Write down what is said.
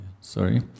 Sorry